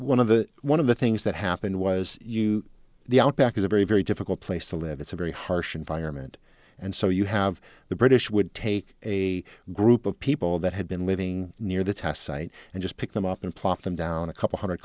one of the one of the things that happened was you the outback is a very very difficult place to live it's a very harsh environment and so you have the british would take a group of people that had been living near the test site and just pick them up and plop them down a couple hundred